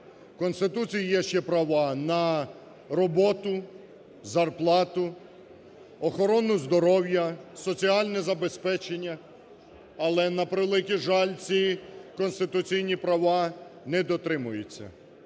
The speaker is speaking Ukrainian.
Конституції є ще права на роботу, зарплату, охорону здоров'я, соціальне забезпечення, але, на превеликий жаль, ці конституційні права не дотримуються.